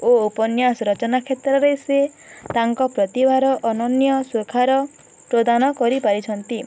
ଓ ଉପନ୍ୟାସ ରଚନା କ୍ଷେତ୍ରରେ ସେ ତାଙ୍କ ପ୍ରତିଭାର ଅନନ୍ୟ ଶ୍ୱଖାର ପ୍ରଦାନ କରିପାରିଛନ୍ତି